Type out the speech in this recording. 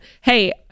Hey